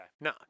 No